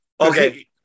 Okay